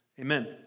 Amen